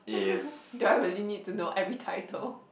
do I really need to know every title